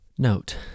Note